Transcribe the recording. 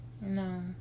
no